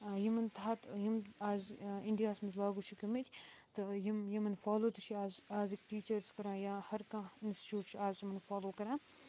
یِمَن تحت یِم آز اَنڈیاہَس منٛز لاگوٗ چھِ گٔمٕتۍ تہٕ یِم یِمن فالو تہِ چھِ آز آزٕکۍ ٹیٖچٲرٕس کران یا ہر کانہہ اِنسٹِچوٗٹ چھُ آز یِمن فالو کران